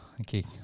okay